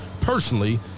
personally